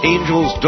Angels